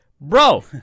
Bro